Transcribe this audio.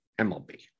MLB